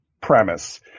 premise